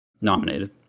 Nominated